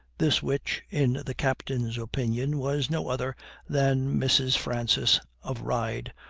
this witch, in the captain's opinion, was no other than mrs. francis of ryde,